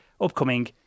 upcoming